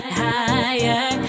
higher